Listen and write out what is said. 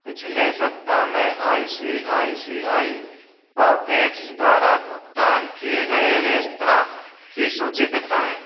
पिछले सप्ताह में I C I C I pockets द्वारा भुगतान किए गए रेस्तराँ की सूची दिखाएँ